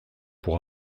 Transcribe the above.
pour